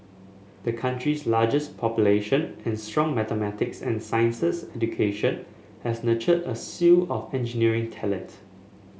the country's largest population and strong mathematics and sciences education has nurtured a slew of engineering talent